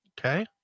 Okay